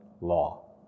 law